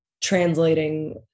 translating